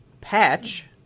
patch